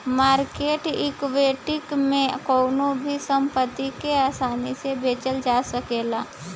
market equity में कवनो भी संपत्ति के आसानी से बेचल जा सकेला